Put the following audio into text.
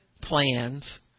plans